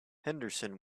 henderson